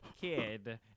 kid